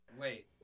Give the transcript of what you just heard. Wait